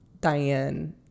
Diane